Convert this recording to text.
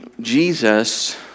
Jesus